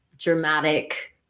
dramatic